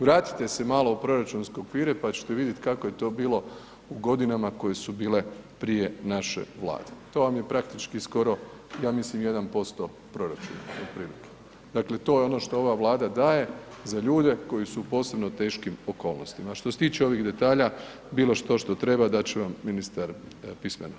Vratite se malo u proračunske okvire, pa ćete vidit kako je to bilo u godinama koje su bile prije naše Vlade, to vam je praktički skoro, ja mislim 1% proračuna otprilike, dakle to je ono što ova Vlada daje za ljude koji su u posebno teškim okolnostima, a što se tiče ovih detalja bilo što što treba dat će vam ministar pismeno.